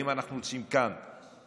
אם אנחנו רוצים כאן